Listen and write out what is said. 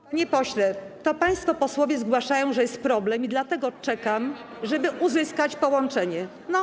Panie pośle, to państwo posłowie zgłaszają, że jest problem, i dlatego czekam, żeby uzyskać połączenie.